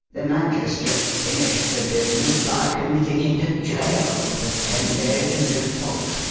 the magistrate finished the business by committing him to jail for ten days in default.